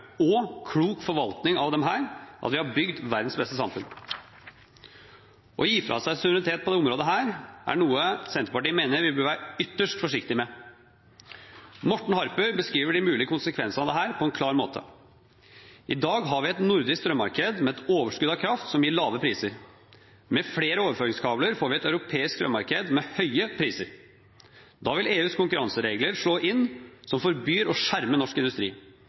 og klok forvaltning av disse, at vi har bygd verdens beste samfunn. Å gi fra seg suverenitet på dette området er noe Senterpartiet mener vi bør være ytterst forsiktige med. Morten Harper beskriver de mulige konsekvensene av dette på en klar måte: «I dag har vi et nordisk strømmarked med overskudd av kraft som gir lave priser. Med flere overføringskabler får vi et europeisk strømmarked med høye priser. Da vil EUs konkurranseregler slå inn, som forbyr å skjerme norsk industri.